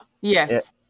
yes